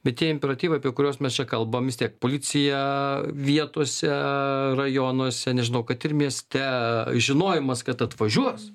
bet tie imperatyvai apie kuriuos mes čia kalbam vis tiek policija vietose rajonuose nežinau kad ir mieste žinojimas kad atvažiuos